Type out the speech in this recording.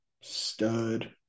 stud